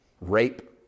rape